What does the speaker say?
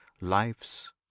life's